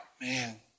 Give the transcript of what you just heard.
Man